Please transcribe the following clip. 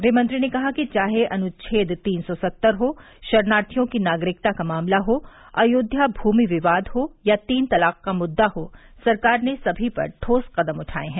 गृहमंत्री ने कहा कि चाहे अनुछ्छेद तीन सौ सत्तर हो शरणार्थियों की नागरिकता का मामला हो अयोध्या भूमि विवाद हो या तीन तलाक का मुद्दा हो सरकार ने सभी पर ठोस कदम उठाए हैं